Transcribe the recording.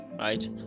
right